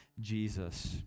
Jesus